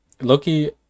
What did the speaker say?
Loki